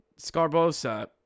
Scarbosa